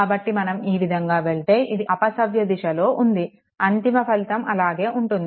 కాబట్టి మనం ఈ విధంగా వెళ్తే ఇది అపసవ్యదిశలో ఉంది అంతిమ ఫలితం అలాగే ఉంటుంది